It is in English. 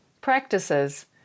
practices